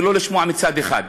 ולא לשמוע צד אחד,